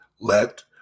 let